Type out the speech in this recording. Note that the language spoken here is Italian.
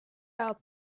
cup